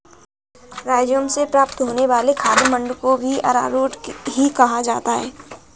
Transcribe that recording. rhizome से प्राप्त होने वाले खाद्य मंड को भी अरारोट ही कहा जाता है